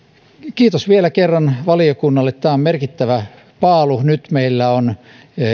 kiitos vielä kerran valiokunnalle tämä on merkittävä paalu nyt meillä on